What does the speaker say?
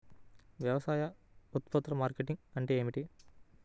వ్యవసాయ ఉత్పత్తుల మార్కెటింగ్ అంటే ఏమిటి?